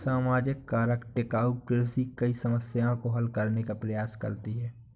सामाजिक कारक टिकाऊ कृषि कई समस्याओं को हल करने का प्रयास करती है